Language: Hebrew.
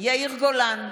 יאיר גולן,